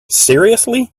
seriously